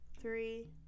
three